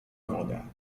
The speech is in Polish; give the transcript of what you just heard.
woda